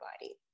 body